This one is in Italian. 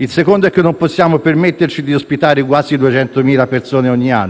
Il secondo è che non possiamo permetterci di ospitare quasi 200.000 persone ogni anno,